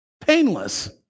Painless